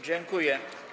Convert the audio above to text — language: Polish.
Dziękuję.